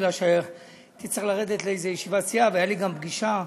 כי הייתי צריך לרדת לאיזו ישיבת סיעה והייתה לי גם פגישה,